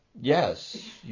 yes